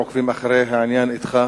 עוקבים אחרי העניין אתך.